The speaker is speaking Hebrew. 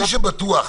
מי שבטוח,